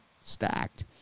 stacked